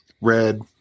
Red